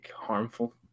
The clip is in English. harmful